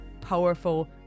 powerful